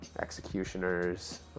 executioners